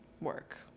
work